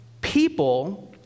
People